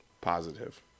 positive